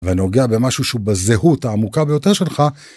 ואני נוגע במשהו שהוא בזהות העמוקה ביותר שלך.